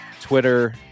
Twitter